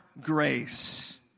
grace